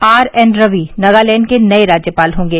are N Ravi Nagaland के नए राज्यपाल होंगे